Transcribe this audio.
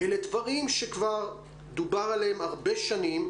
אלה דברים שכבר דובר עליהם הרבה שנים,